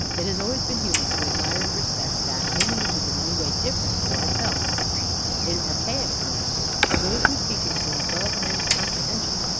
it has always been human to admire and respect that only which is in any way different to ourselves in archaic times those whose teachings were above men's comprehension,